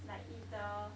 like if the